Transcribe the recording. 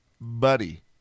Buddy